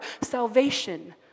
salvation